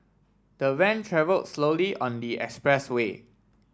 the van travelled slowly on the expressway